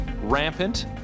Rampant